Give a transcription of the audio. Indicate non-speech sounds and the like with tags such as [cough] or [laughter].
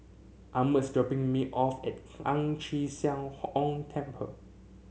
[unintelligible] is dropping me off at Ang Chee Sia Ong Temple